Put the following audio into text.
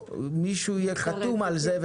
מישהו יהיה חתום על זה.